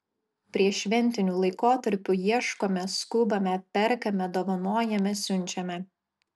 prieššventiniu laikotarpiu ieškome skubame perkame dovanojame siunčiame